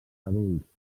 adults